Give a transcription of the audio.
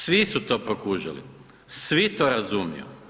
Svi su to prokužili, svi to razumiju.